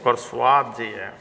ओकर सुआद जे यऽ